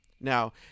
Now